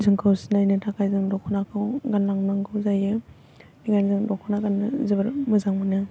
जोंखौ सिनायनो थाखाय जों दख'नाखौ गानलांनांगौ जायो बेखायनो दख'ना गाननो जोबोर मोजां मोनो